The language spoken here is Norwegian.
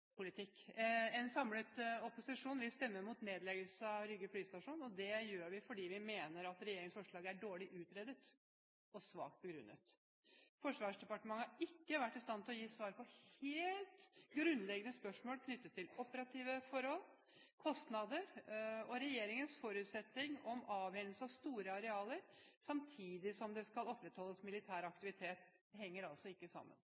En samlet opposisjon vil stemme mot nedleggelse av Rygge flystasjon, og det gjør vi fordi vi mener at regjeringens forslag er dårlig utredet og svakt begrunnet. Forsvarsdepartementet har ikke vært i stand til å gi svar på helt grunnleggende spørsmål knyttet til operative forhold, kostnader og regjeringens forutsetning om avhending av store arealer, samtidig som det skal opprettholdes militær aktivitet. Det henger altså ikke sammen.